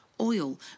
oil